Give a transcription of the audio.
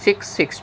six six